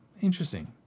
Interesting